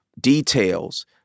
details